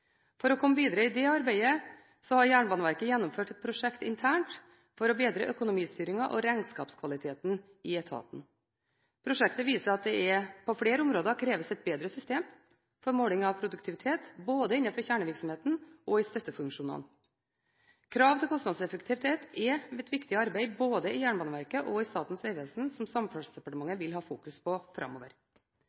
For å komme videre i det arbeidet har Jernbaneverket gjennomført et prosjekt internt for å bedre økonomistyringen og regnskapskvaliteten i etaten. Prosjektet viser at det på flere områder kreves et bedre system for måling av produktivitet både innenfor kjernevirksomheten og i støttefunksjonene. Krav til kostnadseffektivitet er et viktig arbeid både i Jernbaneverket og i Statens vegvesen, som Samferdselsdepartementet vil ha fokus på framover.